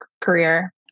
career